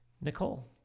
Nicole